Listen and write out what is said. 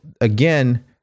again